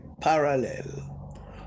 parallel